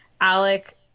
Alec